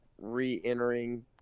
re-entering